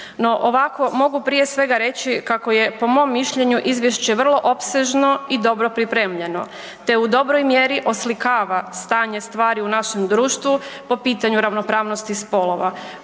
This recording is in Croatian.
ovako mogu prije svega reći kako je po mom mišljenju izvješće vrlo opsežno i dobro pripremljeno, te u dobroj mjeri oslikava stanje stvari u našem društvu po pitanju ravnopravnosti spolova.